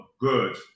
good